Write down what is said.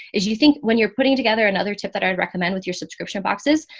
is you think when you're putting together another tip that i would recommend with your subscription boxes,